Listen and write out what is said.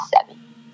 seven